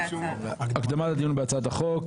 הקדמה לדיון בהצעת חוק.